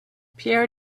pierre